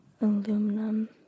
aluminum